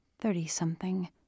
thirty-something